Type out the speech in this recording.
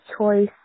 choice